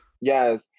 yes